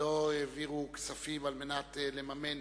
לא העביר כספים על מנת לממן